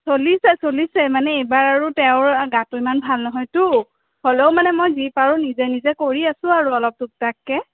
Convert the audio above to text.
চলিছে চলিছে মানে এইবাৰ আৰু তেওঁৰো গাটো ইমান ভাল নহয়তো হ'লেও মানে মই যি পাৰোঁ নিজে নিজে কৰি আছো আৰু অলপ টুক টাককে